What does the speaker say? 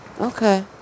Okay